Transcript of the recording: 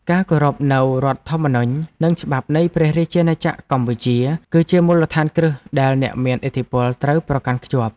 ការគោរពនូវរដ្ឋធម្មនុញ្ញនិងច្បាប់នៃព្រះរាជាណាចក្រកម្ពុជាគឺជាមូលដ្ឋានគ្រឹះដែលអ្នកមានឥទ្ធិពលត្រូវប្រកាន់ខ្ជាប់។